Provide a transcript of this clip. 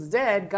dead